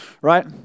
right